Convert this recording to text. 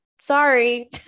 sorry